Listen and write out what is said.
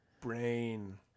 brain